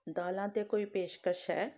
ਦਾਲਾਂ 'ਤੇ ਕੋਈ ਪੇਸ਼ਕਸ਼ ਹੈ